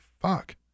fuck